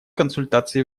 консультации